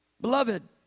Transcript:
Beloved